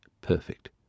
Perfect